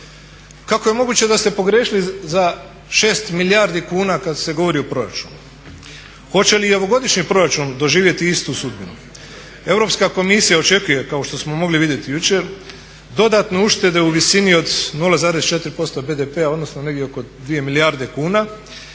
Kako je moguće da ste pogriješili za 6 milijardi kuna kad se govori o proračunu? Oče li i ovogodišnji proračun doživjeti istu sudbinu? Europska komisija očekuje, kao što smo mogli vidjeti jučer dodatne uštede u visini od 0,4% BDP-a odnosno negdje oko 2 milijarde kuna.